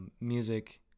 music